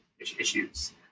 issues